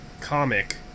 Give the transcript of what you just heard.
comic